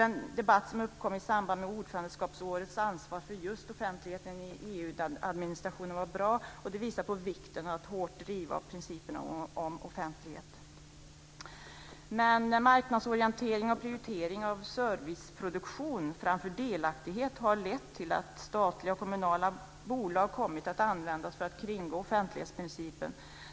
Den debatt som uppkom i samband med ordförandeskapsårets ansvar för just offentligheten i EU-administrationen var bra och visar på vikten av att hårt driva principerna om offentlighet. Marknadsorientering och prioritering av serviceproduktion framför delaktighet har lett till att statliga och kommunala bolag kommit att användas för att kringgå offentlighetsprincipen.